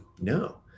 no